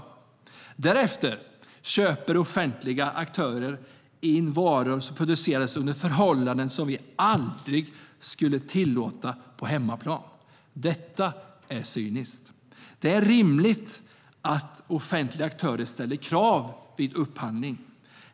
Därefter köper offentliga aktörer in varor som producerats under förhållanden som vi aldrig skulle tillåta på hemmaplan. Detta är cyniskt! Det är rimligt att offentliga aktörer ställer krav vid upphandling.